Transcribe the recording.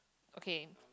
okay